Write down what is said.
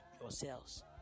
yourselves